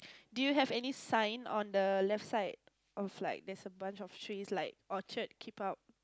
do you have any sign on the left side is like there's a bunch of tree like orchard keep out